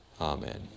Amen